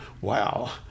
Wow